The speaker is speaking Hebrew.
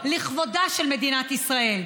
ושמחה, וכבוד, לכבודה של מדינת ישראל.